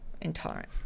intolerant